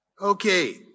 Okay